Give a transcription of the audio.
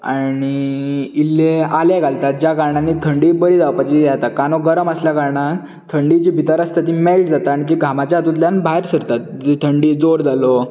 आनी इल्लें आलें घालतात ज्या कारणान ही थंडी बरी जावपाची हें जाता कांदो गरम आसल्या कारणान थंडी जी भितर आसता ती मॅल्ट जाता आनी घामाच्या हातूंतल्यान भायर सरता थंडी जोर जालो